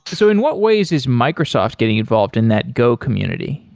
so in what ways is microsoft getting involved in that go community?